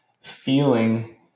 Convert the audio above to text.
feeling